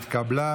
נתקבל.